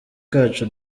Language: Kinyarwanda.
kacu